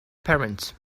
parents